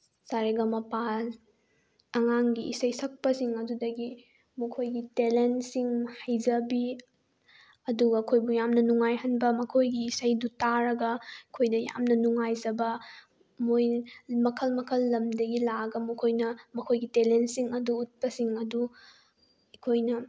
ꯁꯥꯔꯦ ꯒꯃ ꯄꯥ ꯑꯉꯥꯡꯒꯤ ꯏꯁꯩ ꯁꯛꯄꯁꯤꯡ ꯑꯗꯨꯗꯒꯤ ꯃꯈꯣꯏꯒꯤ ꯇꯦꯂꯦꯟꯁꯤꯡ ꯍꯩꯖꯕꯤ ꯑꯗꯨꯒ ꯑꯩꯈꯣꯏꯕꯨ ꯌꯥꯝꯅ ꯅꯨꯡꯉꯥꯏꯍꯟꯕ ꯃꯈꯣꯏꯒꯤ ꯏꯁꯩꯗꯨ ꯇꯥꯔꯒ ꯑꯩꯈꯣꯏꯗ ꯌꯥꯝꯅ ꯅꯨꯡꯉꯥꯏꯖꯕ ꯃꯣꯏꯅ ꯃꯈꯜ ꯃꯈꯜ ꯂꯝꯗꯒꯤ ꯂꯥꯛꯑꯒ ꯃꯈꯣꯏꯅ ꯃꯈꯣꯏꯒꯤ ꯇꯦꯂꯦꯟꯁꯤꯡ ꯑꯗꯨ ꯎꯠꯄꯁꯤꯡ ꯑꯗꯨ ꯑꯩꯈꯣꯏꯅ